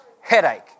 headache